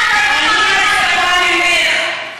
אני מצפה ממך,